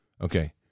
Okay